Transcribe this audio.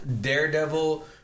Daredevil